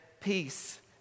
Peace